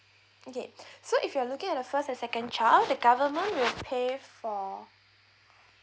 okay so if you're looking at the first and second child the government will pay for